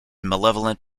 malevolent